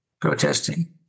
protesting